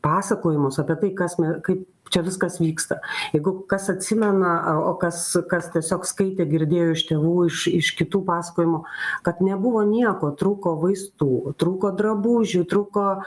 pasakojimus apie tai kas me kaip čia viskas vyksta jeigu kas atsimena o kas kas tiesiog skaitė girdėjo iš tėvų iš iš kitų pasakojimų kad nebuvo nieko trūko vaistų trūko drabužių trūko